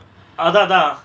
அதா அதா:atha atha